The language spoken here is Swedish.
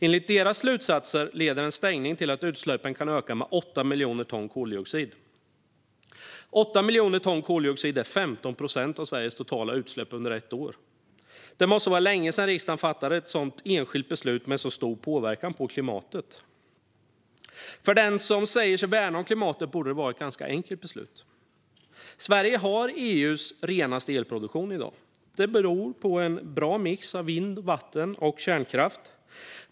Enligt deras slutsatser leder en stängning till att utsläppen kan öka med 8 miljoner ton koldioxid. 8 miljoner ton koldioxid är 15 procent av Sveriges totala utsläpp under ett år. Det måste vara länge sedan riksdagen fattade ett enskilt beslut med en så stor påverkan på klimatet. För den som säger sig värna klimatet borde det vara ett ganska enkelt beslut. Sverige har i dag EU:s renaste elproduktion. Det beror på en bra mix av vind, vatten och kärnkraft.